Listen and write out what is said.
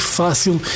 fácil